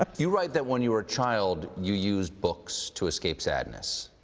ah you write that when you were a child, you used books to escape sadness.